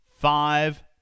five